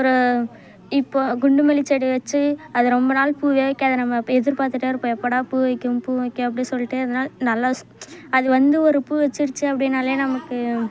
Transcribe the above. அப்புறம் இப்ப குண்டு மல்லி செடி வச்சு அது ரொம்ப நாள் பூவைக்காது நம்ம அப்படியே எதிர்பார்த்துட்டே இருப்போம் எப்படா பூ வைக்கும் பூ வைக்கும் அப்படின்னு சொல்லிட்டே இருந்தோனால் நல்ல அது வந்து ஒரு பூ வச்சுருச்சி அப்படினாலே நமக்கு